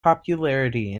popularity